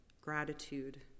gratitude